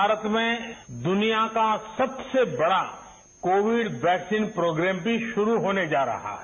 भारत में दुनिया का सबसे बड़ा कोविड वैक्सीन प्रोग्रेमभी शुरू होने जा रहा है